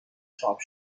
چاپ